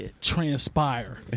Transpire